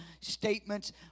statements